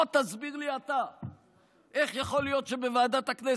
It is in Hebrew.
בוא תסביר לי אתה איך יכול להיות שבוועדת הכנסת,